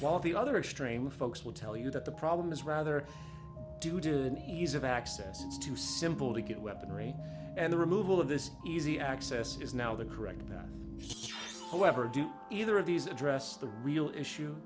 while the other extreme folks will tell you that the problem is rather to do than ease of access to simple to get weaponry and the removal of this easy access is now the correct whoever do either of these address them real issue